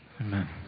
Amen